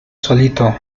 solito